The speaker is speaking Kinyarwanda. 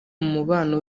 mubano